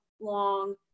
long